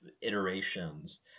iterations